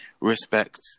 respect